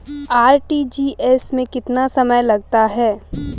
RTGS में कितना समय लगता है?